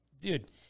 Dude